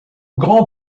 grand